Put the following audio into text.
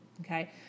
okay